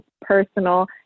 personal